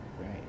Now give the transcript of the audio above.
Right